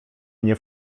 mnie